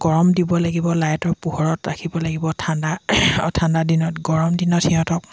গৰম দিব লাগিব লাইটৰ পোহৰত ৰাখিব লাগিব ঠাণ্ডা ঠাণ্ডা দিনত গৰম দিনত সিহঁতক